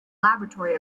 laboratory